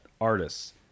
Artists